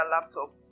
laptop